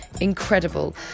incredible